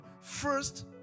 First